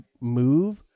move